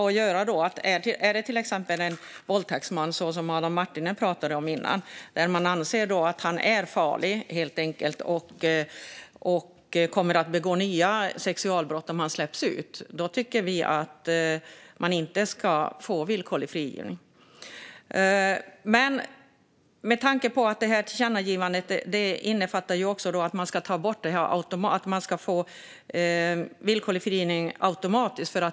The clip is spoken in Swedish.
Om det, som i Adam Marttinens exempel, gäller en våldtäktsman som man anser är farlig och tror kommer att begå nya sexualbrott om han släpps ut tycker vi att han inte ska få villkorlig frigivning. Tillkännagivandet innefattar också att man ska ta bort detta med att personer får villkorlig frigivning med automatik.